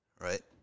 Right